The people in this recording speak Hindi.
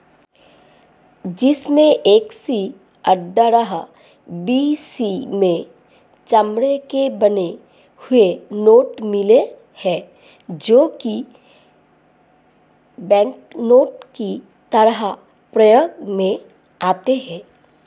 चीन में एक सौ अठ्ठारह बी.सी में चमड़े के बने हुए नोट मिले है जो की बैंकनोट की तरह प्रयोग में आते थे